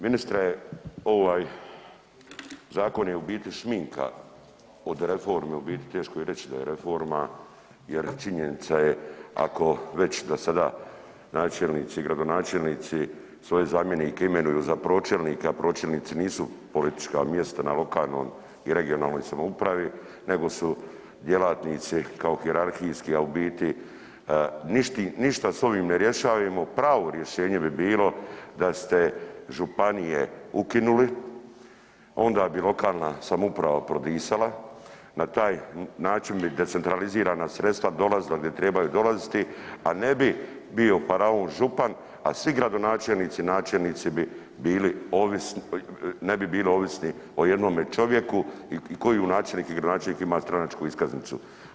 Ministre, ovaj zakon je u biti šminka od reforme, u biti teško je i reći da je reforma jer činjenica je ako već da sada načelnici i gradonačelnici svoje zamjenike imenuju za pročelnika, a pročelnici nisu politička mjesta na lokalnoj i regionalnoj samoupravi nego su djelatnici kao hijerarhijski, a u biti ništi, ništa s ovim ne rješajemo, pravo rješenje bi bilo da ste županije ukinuli onda bi lokalna samouprava prodisala, na taj način bi decentralizirana sredstva dolazila gdje trebaju dolaziti, a ne bi bio faraon župan, a svi gradonačelnici i načelnici bi bili ovisni, ne bi bili ovisni o jednome čovjeku i koju načelnik i gradonačelnik ima stranačku iskaznicu.